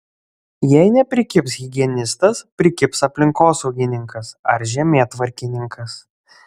jei neprikibs higienistas prikibs aplinkosaugininkas ar žemėtvarkininkas